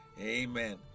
Amen